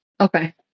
okay